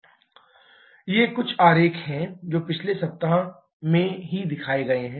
12 ये कुछ आरेख हैं जो पिछले सप्ताह में ही दिखाए गए हैं